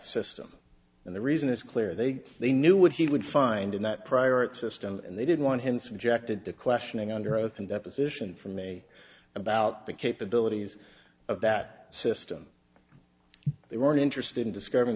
system and the reason is clear they they knew what he would find in that prior system and they didn't want him subjected to questioning under oath in deposition from a about the capabilities of that system they weren't interested in disc